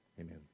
amen